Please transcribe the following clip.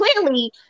clearly